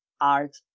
art